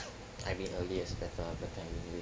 I mean earlier is better but then